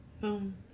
Boom